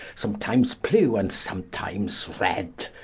sometimes plew, and sometimes red,